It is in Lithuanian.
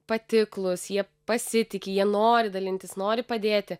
patiklūs jie pasitiki jie nori dalintis nori padėti